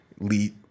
elite